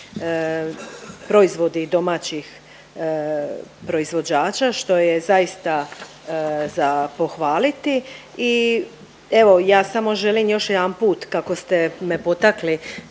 proizvodi domaćih proizvođača što je zaista za pohvaliti. I evo ja samo želim još jedanput kako ste me potakli